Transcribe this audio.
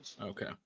Okay